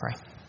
pray